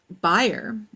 buyer